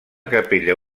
capella